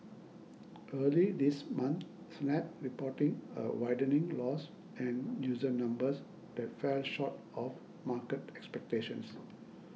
early this month Snap reporting a widening loss and user numbers that fell short of market expectations